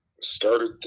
started